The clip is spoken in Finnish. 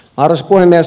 arvoisa puhemies